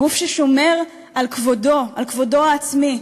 גוף ששומר על כבודו, על כבודו העצמי,